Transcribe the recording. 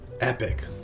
Epic